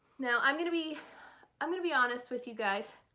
now i'm gonna be i'm gonna be honest with you guys.